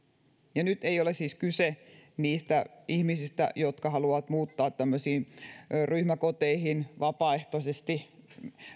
ja nyt ei ole siis kyse niistä ihmisistä jotka haluavat muuttaa ryhmäkoteihin vapaaehtoisesti